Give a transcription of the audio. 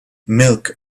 milk